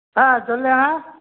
ஆ சொல் ஆ